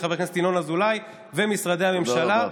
חבר הכנסת ינון אזולאי ומשרדי הממשלה.